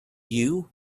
you